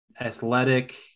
athletic